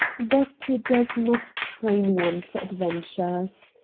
but it does not train one for adventures.